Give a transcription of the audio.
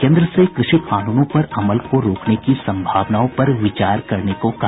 केन्द्र से कृषि कानूनों पर अमल को रोकने की संभावनाओं पर विचार करने को कहा